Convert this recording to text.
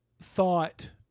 thought